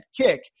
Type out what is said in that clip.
kick